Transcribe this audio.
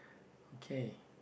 okay